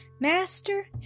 Master